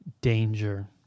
danger